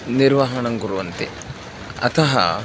निर्वहणं कुर्वन्ति अतः